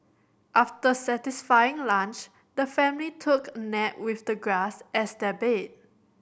after satisfying lunch the family took a nap with the grass as their bed